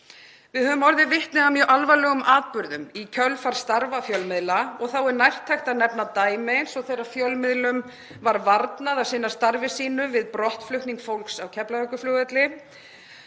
Við höfum orðið vitni að mjög alvarlegum atburðum í kjölfar starfa fjölmiðla og þá er nærtækt að nefna dæmi eins og þegar fjölmiðlum var varnað að sinna starfi sínu við brottflutning fólks á Keflavíkurflugvelli.